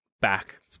back